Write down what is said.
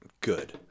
Good